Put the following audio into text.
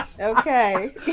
Okay